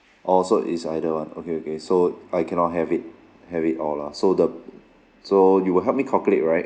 orh so it's either one okay okay so I cannot have it have it all lah so the so you will help me calculate right